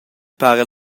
para